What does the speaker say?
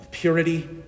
purity